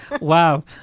Wow